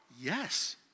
Yes